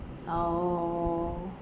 oh